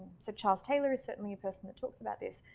so charles taylor is certainly a person that talks about this.